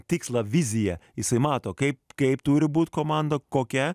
tikslą viziją jisai mato kaip kaip turi būt komanda kokia